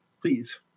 Please